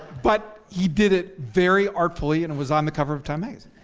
but he did it very artfully and it was on the cover of time magazine.